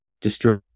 destroy